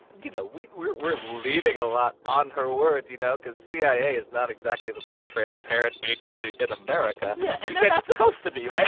you know, we're we're leaning a lot on her words, you know, because cia is not exactly the most transparent agency in america yeah. and they're not supposed to be,